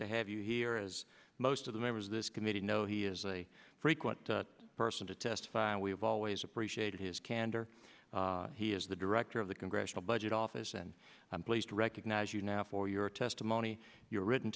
to have you here as most of the members of this committee know he is a frequent person to testify and we have always appreciated his candor he is the director of the congressional budget office and i'm pleased to recognize you now for your testimony your written